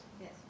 Yes